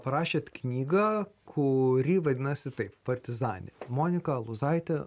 parašėt knygą kuri vadinasi taip partizanė monika alūzaitė